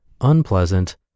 unpleasant